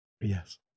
yes